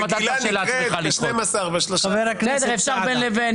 מגילה נקראת ב-12, ב-13 --- אפשר בין לבין.